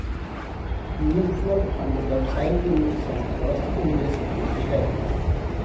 mutual fund व्यावसायिक रूप सँ व्यवस्थित निवेश फंड छै